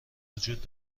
وجود